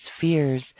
fears